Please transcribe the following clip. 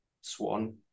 Swan